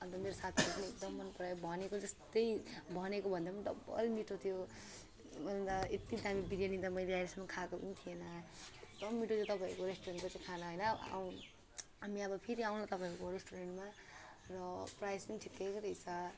अन्त मेरो साथीले पनि एकदमै मन परायो भनेको जस्तै भनेको भन्दा पनि डबल मिठो थियो अन्त यति दामी बिरयानी त मैले आहिलेसम्म खाएको पनि थिइनँ एकदम मिठो थियो तपाईँहरूको रेस्टुरेन्टको चाहिँ खाना होइन अब हामी अब फेरि आउनु तपाईँहरूको रेस्टुरेन्टमा र प्राइज पनि ठिक्कैको रहेछ